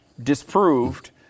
disproved